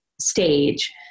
stage